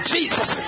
Jesus